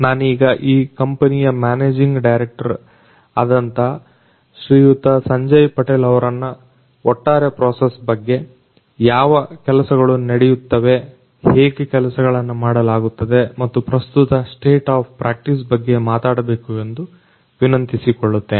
ನಾನೀಗ ಈ ಕಂಪನಿಯಮ್ಯಾನೇಜಿಂಗ್ ಡೈರೆಕ್ಟರ್ ಆದಂತಹ ಶ್ರೀಯುತ ಸಂಜಯ್ ಪಟೇಲ್ ಅವರನ್ನು ಒಟ್ಟಾರೆ ಪ್ರೋಸೆಸ್ ಬಗ್ಗೆ ಯಾವ ಕೆಲಸಗಳು ನಡೆಯುತ್ತವೆ ಹೇಗೆ ಕೆಲಸಗಳನ್ನು ಮಾಡಲಾಗುತ್ತದೆ ಮತ್ತು ಪ್ರಸ್ತುತ ಸ್ಟೇಟ್ ಆಫ್ ಪ್ರಾಕ್ಟೀಸ್ ಬಗ್ಗೆ ಮಾತಾಡಬೇಕು ಎಂದು ವಿನಂತಿಸಿಕೊಳ್ಳುತ್ತೇನೆ